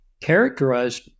characterized